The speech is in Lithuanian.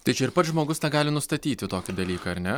tai čia ir pats žmogus tą gali nustatyti tokį dalyką ar ne